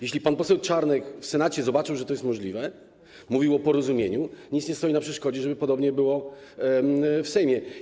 Jeśli pan poseł Czarnek w Senacie zobaczył, że to jest możliwe, mówił o porozumieniu, nic nie stoi na przeszkodzie, żeby podobnie było w Sejmie.